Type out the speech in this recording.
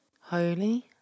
Holy